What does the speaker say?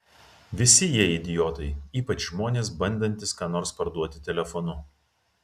visi jie idiotai ypač žmonės bandantys ką nors parduoti telefonu